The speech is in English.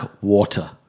water